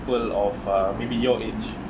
of uh maybe your age